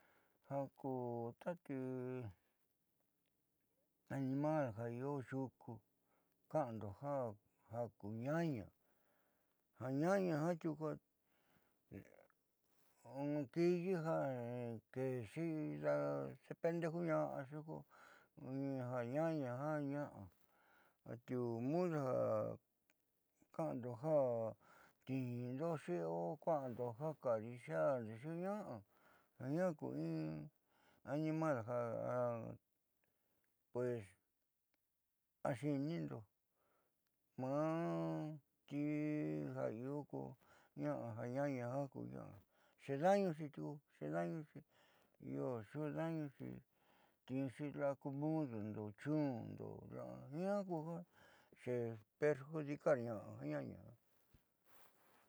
animal ja io yuku ka'ando ja ku ñaña ja ñaña jiaa tiuku kiiyi ja keexi xependejuña'axi ko ja ñaña jiaa ña'a ati udu ja ka'ando ja tniindoxi o ka'ando ja acariciardoxi ña'a jiaa ku in animal ja pues axiinindo ma'a ti jia'a iio ko ña'a ja ñaña xeedañuxi xeedañuxi iio xeedañuxi tniinxi la'a ku mudundo chuundo la'a jiaa ku ja perjudicar ñaña.